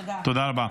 תודה רבה.